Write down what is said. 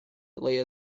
later